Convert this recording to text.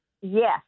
Yes